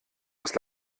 aus